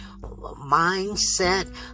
mindset